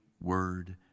word